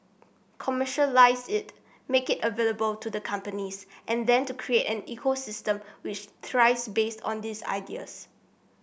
commercialise it make it available to the companies and then to create an ecosystem which thrives based on these ideas